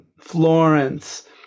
Florence